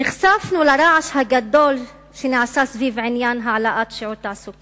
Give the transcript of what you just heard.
נחשפנו לרעש הגדול שנעשה בעניין העלאת מספר שעות העבודה